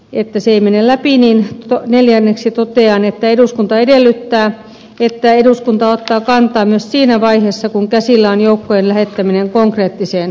että se ei mene läpi niin neljänneksi totean että eduskunta edellyttää että eduskunta ottaa kantaa myös siinä vaiheessa kun käsillä on joukkojen lähettäminen konkreettiseen